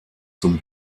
zum